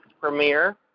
premiere